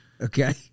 Okay